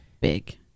big